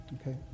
okay